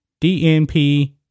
DNP